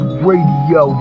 Radio